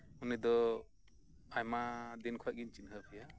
ᱩᱱᱤᱫᱚ ᱟᱭᱢᱟ ᱫᱤᱱᱠᱷᱚᱱᱜᱤᱧ ᱪᱤᱱᱦᱟᱹᱯ ᱮᱭᱟ